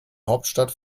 hauptstadt